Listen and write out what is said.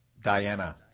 Diana